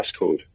passcode